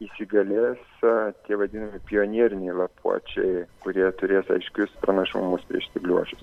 įsigalės tie vadinami pionieriniai lapuočiai kurie turėtų aiškius pranašumus prieš spygliuočius